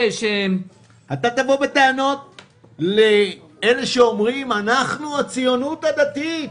אתה תבוא בטענות לאלה שאומרים: אנחנו הציונות הדתית,